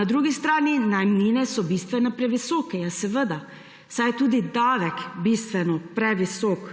Na drugi strani so najemnine bistveno previsoke. Ja seveda, saj je tudi davek bistveno previsok